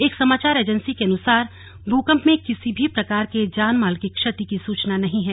एक समाचार एजेंसी के अनुसार भूकंप में किसी भी प्रकार के जानमाल की क्षति की सूचना नहीं है